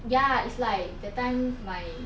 ya it's like that time my